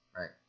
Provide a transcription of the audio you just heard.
Right